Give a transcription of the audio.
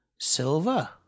silver